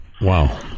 Wow